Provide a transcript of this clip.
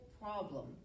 problem